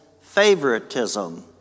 favoritism